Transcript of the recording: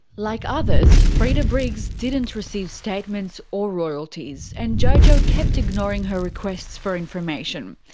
like others, freda briggs didn't receive statements or royalties, and jojo kept ignoring her requests for information.